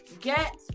get